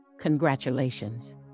Congratulations